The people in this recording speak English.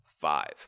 five